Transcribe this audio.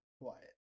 quiet